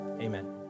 amen